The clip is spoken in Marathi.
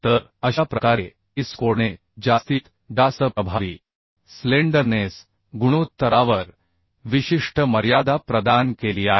तर अशा प्रकारे IS कोडने जास्तीत जास्त प्रभावी स्लेंडरनेस गुणोत्तरावर विशिष्ट मर्यादा प्रदान केली आहे